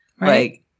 Right